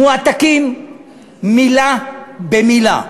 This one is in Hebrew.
מועתקים מילה במילה.